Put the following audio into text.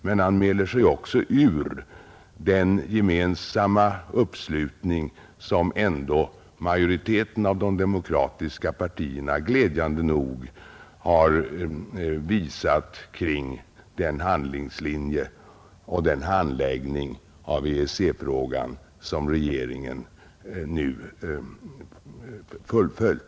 Men han mäler sig också ur den gemensamma uppslutning, som ändå majoriteten av de demokratiska partierna glädjande nog har visat kring den handlingslinje för handläggningen av EEC-frågan som regeringen nu följt.